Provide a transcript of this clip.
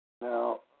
Now